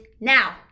now